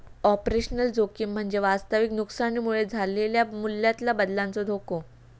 operational जोखीम म्हणजे वास्तविक नुकसानीमुळे झालेलो मूल्यातला बदलाचो धोको